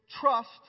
trust